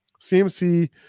CMC